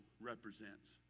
represents